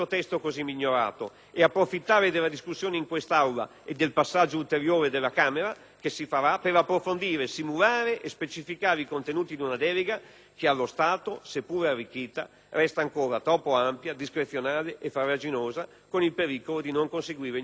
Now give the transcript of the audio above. ed approfittare della discussione in quest'Aula, e del passaggio ulteriore che ci sarà alla Camera, per approfondire, simulare e specificare i contenuti di una delega che allo stato, seppur arricchita, resta ancora troppo ampia, discrezionale e farraginosa, con il pericolo di non conseguire gli obiettivi